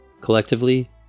Collectively